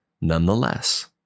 Nonetheless